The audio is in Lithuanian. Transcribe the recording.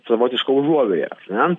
savotiška užuovėja na